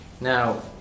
Now